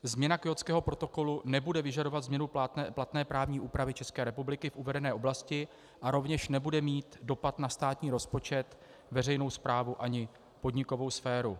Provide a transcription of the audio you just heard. Změna Kjótského protokolu nebude vyžadovat změnu platné právní úpravy České republiky v uvedené oblasti a rovněž nebude mít dopad na státní rozpočet, veřejnou správu ani podnikovou sféru.